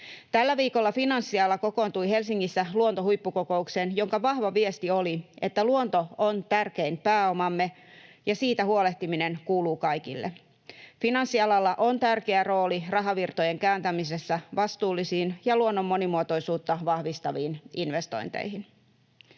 Tällä viikolla finanssiala kokoontui Helsingissä luontohuippukokoukseen, jonka vahva viesti oli, että luonto on tärkein pääomamme ja siitä huolehtiminen kuuluu kaikille. Finanssialalla on tärkeä rooli rahavirtojen kääntämisessä vastuullisiin ja luonnon monimuotoisuutta vahvistaviin investointeihin.